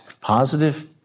Positive